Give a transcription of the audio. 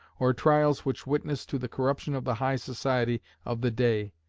or trials which witnessed to the corruption of the high society of the day,